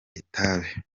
itabi